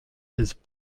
his